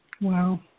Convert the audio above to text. Wow